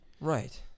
Right